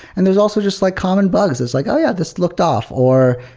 and there's also just like common bugs. it's like, oh, yeah. just looked off. or,